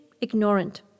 ignorant